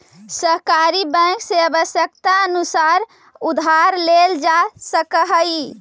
सहकारी बैंक से आवश्यकतानुसार उधार लेल जा सकऽ हइ